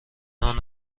نان